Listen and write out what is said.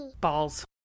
balls